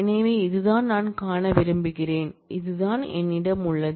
எனவே இதுதான் நான் காண விரும்புகிறேன் இதுதான் என்னிடம் உள்ளது